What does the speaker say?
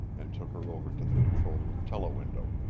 and took her over to the control-room telewindow.